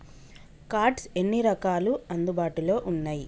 Cards ఎన్ని రకాలు అందుబాటులో ఉన్నయి?